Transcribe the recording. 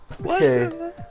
Okay